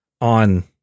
on